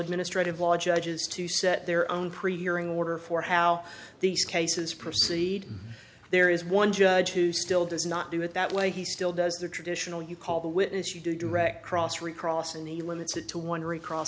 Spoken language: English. administrative law judges to set their own pre hearing order for how these cases proceed there is one judge who still does not do it that way he still does the traditional you call the witness you do direct cross recross and the limits it to one rec